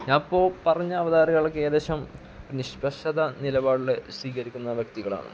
ഞാനിപ്പോള് പറഞ്ഞ അവതാരകാരൊക്കെ ഏകദേശം നിഷ്പക്ഷത നിലപാട് സ്വീകരിക്കുന്ന വ്യക്തികളാണ്